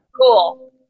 Cool